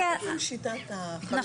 אבל כל שיטת החלוקה --- כן,